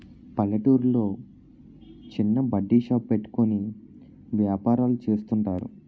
పల్లెటూర్లో చిన్న బడ్డీ షాప్ పెట్టుకుని వ్యాపారాలు చేస్తుంటారు